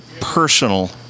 personal